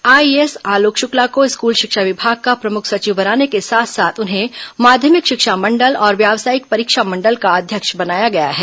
IAS Alok Shukla को school शिक्षा विभाग का प्रमुख सचिव बनाने के साथ साथ उन्हें माध्यमिक शिक्षा मंडल और व्यावसायिक परीक्षा मंडल का अध्यक्ष बनाया गया है